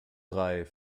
drei